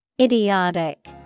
Idiotic